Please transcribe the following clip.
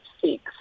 six